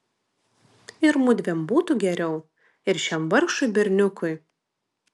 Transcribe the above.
ir mudviem būtų geriau ir šiam vargšui berniukui